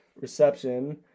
reception